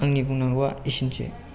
आंनि बुंनांगौआ एसेनोसै